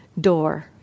door